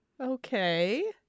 Okay